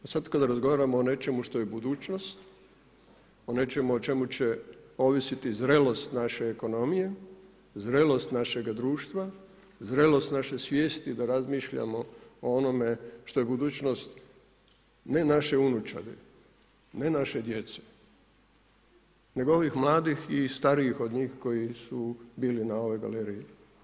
Sad kada razgovaramo o nečemu što je budućnost, o nečemu o čemu će ovisiti zrelost naše ekonomije, zrelost našeg društva, zrelost naše svijesti da razmišljamo o onome što je budućnost ne naše unučadi, ne naše djece, nego ovih mladih i starijih od njih koji su bili na ovoj galeriji.